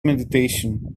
meditation